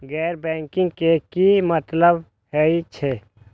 गैर बैंकिंग के की मतलब हे छे?